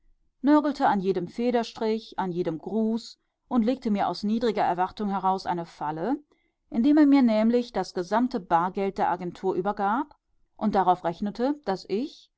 an jedem federstrich an jedem gruß und legte mir aus niedriger erwartung heraus eine falle indem er mir nämlich das gesamte bargeld der agentur übergab und darauf rechnete daß ich